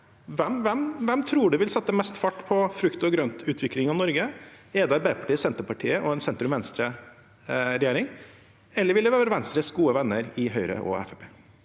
Hvem tror Venstre vil sette mest fart på frukt- og grøntutviklingen i Norge? Er det Arbeiderpartiet og Senterpartiet og en sentrum–venstre-regjering, eller vil det være Venstres gode venner i Høyre og